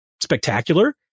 spectacular